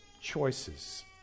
choices